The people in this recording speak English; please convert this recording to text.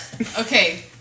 Okay